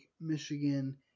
Michigan